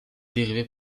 dérivées